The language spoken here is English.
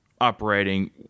operating